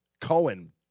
Cohen